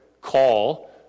call